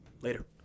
Later